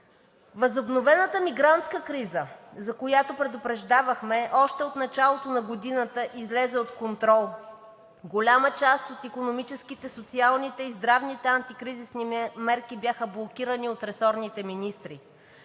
Възобновената мигрантска криза, за която предупреждавахме още от началото на годината, излезе от контрол. Голяма част от икономическите, социалните и здравните антикризисни мерки бяха блокирани от ресорните министри.